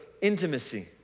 intimacy